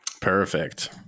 Perfect